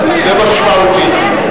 זה משמעותי.